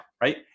right